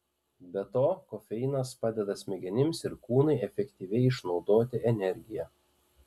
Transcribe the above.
be to kofeinas padeda smegenims ir kūnui efektyviai išnaudoti energiją